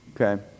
Okay